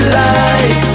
life